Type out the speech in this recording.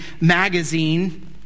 magazine